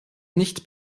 nicht